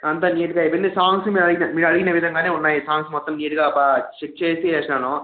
అంత నీట్గా అయిపొయింది సాంగ్స్ మీరు అడిగిన మీరు అడిగిన విధంగానే ఉన్నాయి సాంగ్స్ మొత్తం నీట్గా సెట్ చేసి చేసినాను